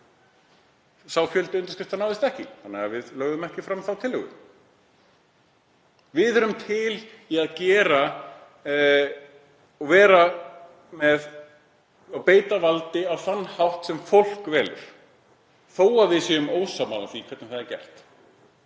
Sá fjöldi undirskrifta náðist ekki þannig að við lögðum ekki fram þá tillögu. Við erum til í að beita valdi á þann hátt sem fólk velur þó að við séum ósammála því hvernig það er gert,